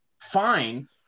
fine